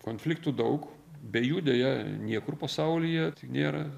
konfliktų daug be jų deja niekur pasaulyje nėra